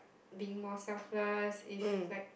being for suffers is like